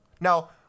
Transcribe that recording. Now